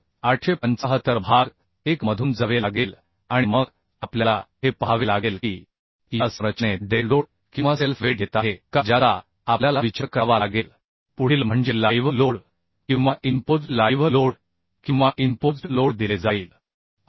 875 भाग 1 मधून जावे लागेल आणि मग आपल्याला हे पाहावे लागेल की या संरचनेत डेड लोड किंवा सेल्फ वेट येत आहे का ज्याचा आपल्याला विचार करावा लागेल पुढील म्हणजे लाईव्ह लोड किंवा इंपोज्ड लाईव्ह लोड किंवा इंपोज्ड लोड दिले जाईल आय